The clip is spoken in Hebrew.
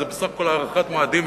זה בסך הכול הארכת מועדים,